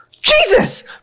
Jesus